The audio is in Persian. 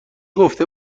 گفته